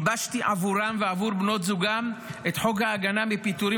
גיבשתי עבורם ועבור בנות זוגם את חוק ההגנה מפיטורים